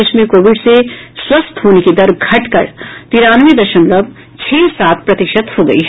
देश में कोविड से स्वस्थ होने की दर घटकर तिरानवे दशमलव छह सात प्रतिशत हो गई है